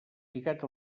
lligat